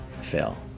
fail